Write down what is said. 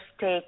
take